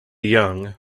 young